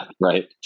Right